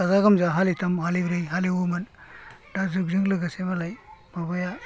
गाजा गोमजा हालिथाम हालिब्रै हालेवोमोन दा जुगजों लोगोसे मालाय माबाया